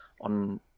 on